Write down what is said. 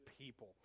people